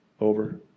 over